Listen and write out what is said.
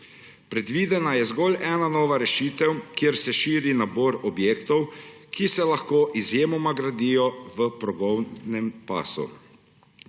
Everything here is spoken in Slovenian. Predvidena je zgolj ena nova rešitev, kjer se širi nabor objektov, ki se lahko izjemoma gradijo v progovnem pasu.